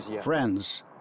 friends